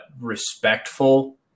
respectful